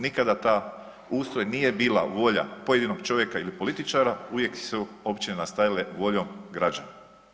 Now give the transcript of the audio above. Nikada taj ustroj nije bila volje pojedinog čovjeka ili političara uvijek su općine nastajale voljom građana.